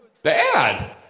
bad